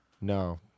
No